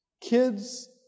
Kids